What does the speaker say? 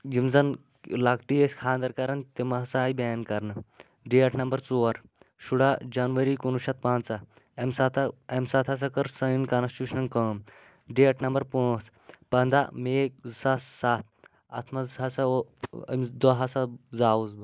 یِم زن لۄکٕٹی ٲس خانٛدر کَران تِم ہسا آیہِ بین کَرنہٕ ڈیٹ نمبر ژور شُرا جنؤری کُنوُہ شتھ پانٛژاہ اَمہِ ساتہٕ اَمہِ ساتہٕ ہسا کٔر سٲنۍ کانسچیٛوٗشنن کٲم ڈیٹ نمبر پٲنٛژھ پنٛداہ مئی زٕ ساس سَتھ اَتھ منٛز ہسا أمِس دۄہ ہسا زاوُس بہٕ